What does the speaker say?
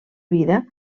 vida